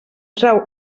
trau